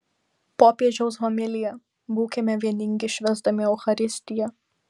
popiežiaus homilija būkime vieningi švęsdami eucharistiją